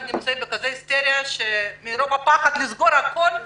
נמצאים בכזאת היסטריה ומרוב הפחד הם מבקשים לסגור הכול,